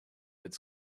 its